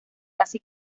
casi